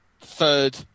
third